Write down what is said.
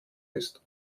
ist